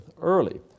early